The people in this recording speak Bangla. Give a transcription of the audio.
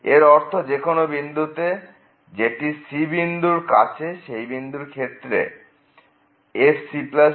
এর অর্থ যেকোনো একটি বিন্দু জেটি c বিন্দুর কাছে সেই ক্ষেত্রে fcx fc≤0